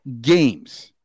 games